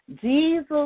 Jesus